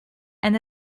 and